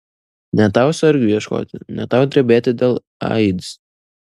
nei tau sargių ieškoti nei tau drebėti dėl aids